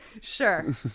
Sure